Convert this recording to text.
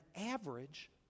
average